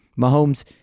Mahomes